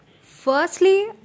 Firstly